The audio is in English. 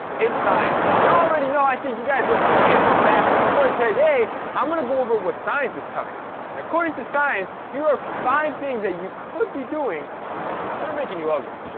it's science. you already know i think you guys are some handsome bastards, but today i'm gonna go over what science telling us. and according to science, here are five things that you could be doing that are making you ugly?